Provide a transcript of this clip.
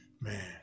man